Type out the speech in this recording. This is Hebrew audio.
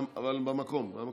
אבל מהמקום.